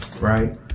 right